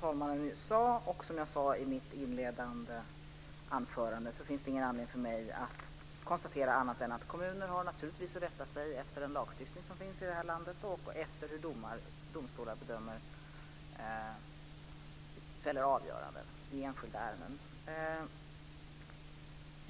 talmannen nyss sade och som jag sade i mitt inledande anförande finns det ingen anledning för mig att konstatera annat än att kommuner naturligtvis har att rätta sig efter den lagstiftning som finns i det här landet och efter hur domstolar fäller avgöranden i enskilda ärenden.